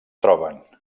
troben